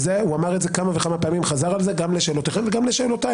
את זה הוא אמר כמה וכמה פעמים וחזר על זה גם לשאלותיכם וגם לשאלותיי.